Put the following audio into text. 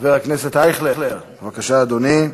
חבר הכנסת אייכלר, בבקשה, אדוני.